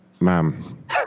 ma'am